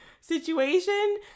situation